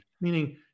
Meaning